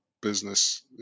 business